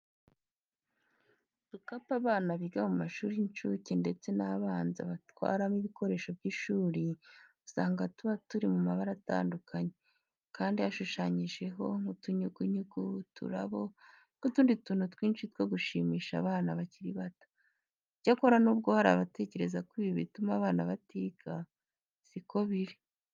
Udukapu abana biga mu mashuri y'incuke ndetse n'abanza batwaramo ibikoresho by'ishuri, usanga tuba turi mu mabara atandukanye, kandi hashushanyijeho nk'utunyugunyugu, uturabo n'utundi tuntu twinshi two gushimisha abana bakiri bato. Icyakora nubwo hari abatekereza ko ibi bituma abana batiga, si ko biri.